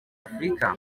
afurika